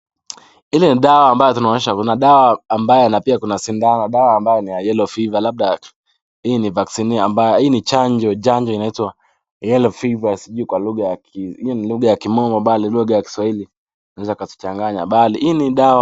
Hili ni dawa ambayo inaonyesha dawa ambayo na pia kuna sindano na dawa ambayo ni ya yellow fever labda hii ni vaccine ambayo hii ni chanjo, chanjo inaitwa yellow fever sijui kwa lugha hiyo ni lugha ya kimombo ambalo ni lugha ya kiswahili inaweza katuchanganya bali. Hii ni dawa.